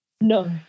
no